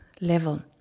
level